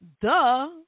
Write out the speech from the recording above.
Duh